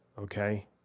okay